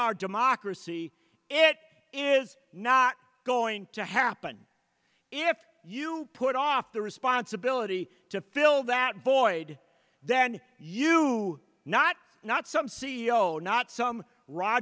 our democracy it is not going to happen if you put off the responsibility to fill that void then you not not some c e o not some r